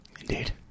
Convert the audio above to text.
Indeed